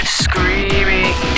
screaming